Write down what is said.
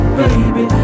baby